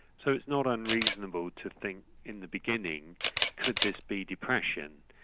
so it's not unreasonable to think in the beginning could this be depression?